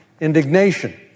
indignation